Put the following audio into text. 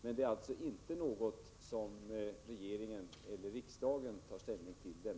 Denna interna fördelning inom TV-företagen är inte något som regeringen eller riksdagen tar ställning till.